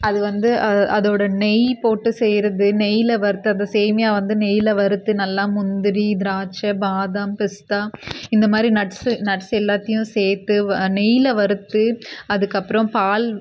அது வந்து அதோடய நெய் போட்டு செய்கிறது நெய்யில் வறுத்து அந்த சேமியா வந்து நெய்யில் வறுத்து நல்லா முந்திரி திராட்சை பாதாம் பிஸ்தா இந்தமாதிரி நட்ஸு நட்ஸு எல்லாத்தையும் சேர்த்து நெய்யில் வறுத்து அதுக்கப்புறம் பால்